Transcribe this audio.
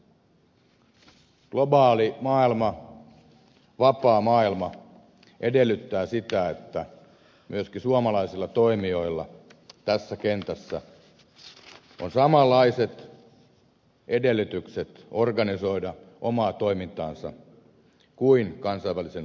globaali maailma vapaa maailma edellyttää sitä että myöskin suomalaisilla toimijoilla tässä kentässä on samanlaiset edellytykset organisoida omaa toimintaansa kuin kansainvälisillä kumppaneilla